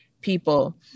people